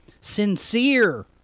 Sincere